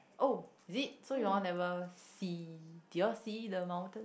oh is it so you all never see did you all see the mountain